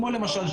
כמו למשל,